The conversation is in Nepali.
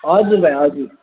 हजुर भाइ हजुर